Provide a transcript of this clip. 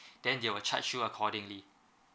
then they will charge you accordingly